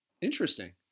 Interesting